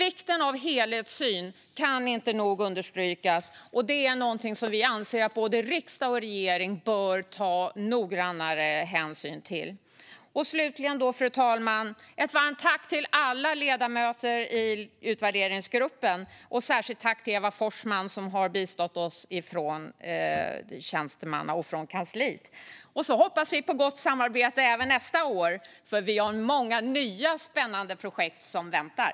Vikten av en helhetssyn kan därför inte nog understrykas, och det är någonting som vi anser att både riksdag och regering bör ta noggrannare hänsyn till. Slutligen, fru talman, vill jag rikta ett varmt tack till alla ledamöter i utvärderingsgruppen. Ett särskilt tack till Eva Forsman, som har bistått oss från tjänstemannasidan och kansliet! Vi hoppas på gott samarbete även nästa år, för vi har många nya spännande projekt som väntar.